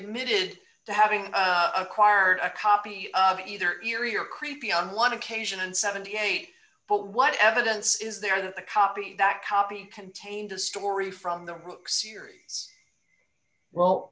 admitted to having acquired a copy of either eerie or creepy on one occasion and seventy eight but what evidence is there that the copy that copy contained a story from the